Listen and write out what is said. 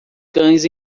cães